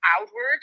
outward